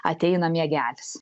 ateina miegelis